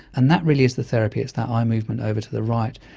and that really is the therapy, it's that eye movement over to the right.